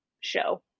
show